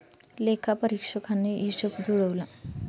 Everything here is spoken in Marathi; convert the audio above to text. लेखापरीक्षकाने हिशेब जुळवला